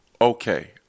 okay